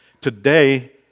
today